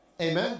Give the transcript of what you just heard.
Amen